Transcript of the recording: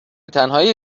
تنهایی